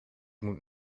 moet